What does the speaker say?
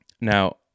Now